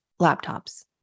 laptops